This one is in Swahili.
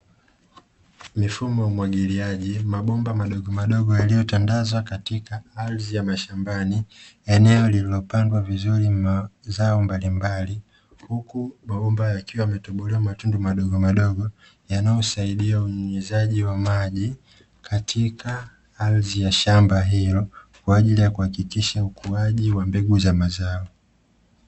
Mifumo ya umwagiliaji, mabomba madogomadogo yaliyotandazwa katika ardhi ya mashambani, eneo lililopandwa vizuri mazao mbalimbali, huku mabomba yakiwa yametobolewa matunda madogomadogo yanayosaidia unyunyizaji wa maji katika ardhi ya shamba hilo, kwa ajili ya kuhakikisha ukuaji wa mbegu za mazao.